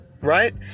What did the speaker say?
right